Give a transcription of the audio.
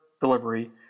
delivery